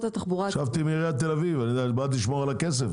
חשבתי מעיריית תל אביב, באת לשמור על הכסף.